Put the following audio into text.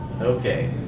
Okay